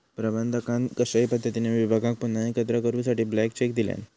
प्रबंधकान कशाही पद्धतीने विभागाक पुन्हा एकत्र करूसाठी ब्लँक चेक दिल्यान